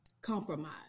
compromise